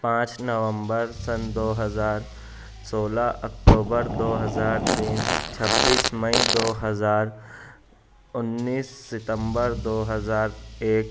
پانچ نومبر سن دو ہزار سولہ اکتوبر دو ہزار تین چھبیس مئی دو ہزار انیس ستمبر دو ہزار ایک